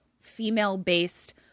female-based